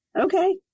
Okay